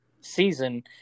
season